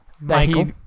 Michael